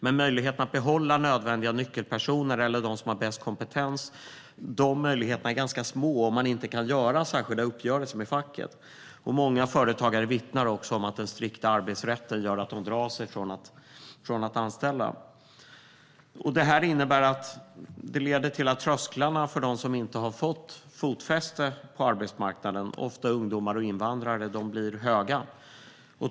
Men möjligheten att behålla nödvändiga nyckelpersoner eller dem som har bäst kompetens är små om det inte är möjligt att ingå särskilda uppgörelser med facket. Många företagare vittnar om att den strikta arbetsrätten gör att de drar sig för att anställa. Detta leder till att trösklarna för dem som inte har fått fotfäste på arbetsmarknaden, ofta ungdomar och invandrare, blir höga.